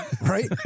right